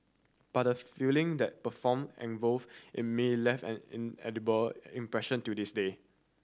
but the feeling that perform involve in me left an inedible impression till this day